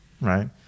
right